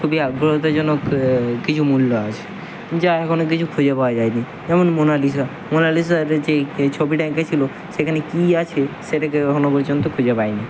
খুবই আগ্রহতাজনক কিছু মূল্য আছে যা এখনও কিছু খুঁজে পাওয়া যায়নি যেমন মোনালিসা মোনালিসার যেই এই ছবিটা এঁকেছিল সেখানে কী আছে সেটা কেউ এখনও পর্যন্ত খুঁজে পায়নি